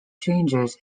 changes